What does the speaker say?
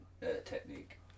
technique